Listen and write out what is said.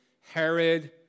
Herod